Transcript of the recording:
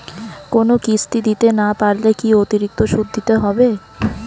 কোনো কিস্তি দিতে না পারলে কি অতিরিক্ত সুদ দিতে হবে?